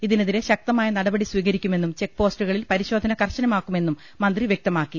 ഇതിനെതിരെ ശക്ത മായ നടപടി സ്വീകരിക്കുമെന്നും ചെക്ക് പോസ്റ്റുകളിൽ പരിശോ ധന കർശനമാക്കുമെന്നും മന്ത്രി വ്യക്തമാക്കി